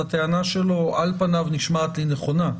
הטענה שלו על פניו נשמעת לי נכונה.